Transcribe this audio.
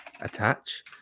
Attach